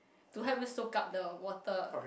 to help you soak up the water